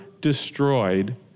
destroyed